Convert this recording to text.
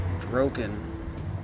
broken